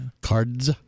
Cards